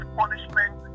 punishment